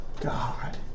God